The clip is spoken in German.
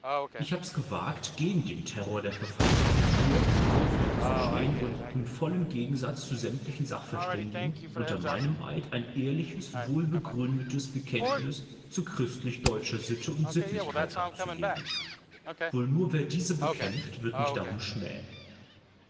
ich hab's gewagt gegen den terror der verfalls kultur aufrecht zu stehen und im vollen gegensatz zu sämtlichen sachverständigen unter meinem eid ein ehrliches wohlbegründetes bekenntnis zu christlich-deutscher sitte und sittlichkeit abzulegen wohl nur wer diese bekämpft wird mich darum schmähen